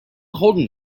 holding